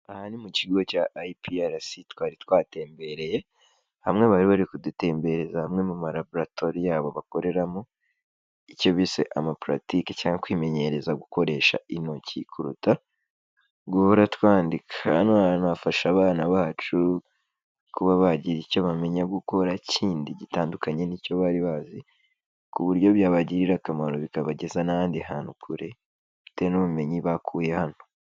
Ahari mukigo cya IPRS twari twatembereye hamwe bari bari kudutembereza hamwe mumalaboratoire yabo bakoreramo icyo bise amaparatike cyangwa kwimenyereza gukoresha intoki kuruta guhora twandika, hano hantu hafasha abana bacu kuba bagira icyo bamenya gukora kindi gitandukanye n'icyo bari bazi kuburyo byabagirira akamaro bikabageza n'ahandi hantu kure bitewe n'ubumenyi bakuye hano.